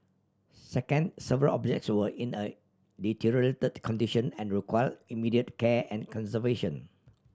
second several objects were in a condition and require immediate care and conservation